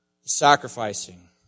Sacrificing